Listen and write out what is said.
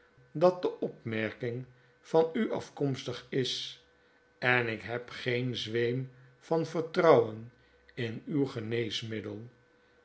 dat de opmerking van u alkomstig is en ik heb geen zweem van vertrouwen in uw geneesmiddel